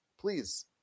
Please